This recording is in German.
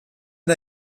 der